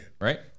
Right